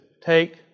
take